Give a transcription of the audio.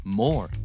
more